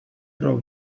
pro